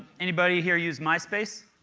anybody here used myspace?